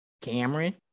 Cameron